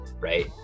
right